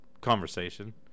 conversation